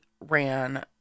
ran